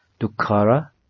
dukkara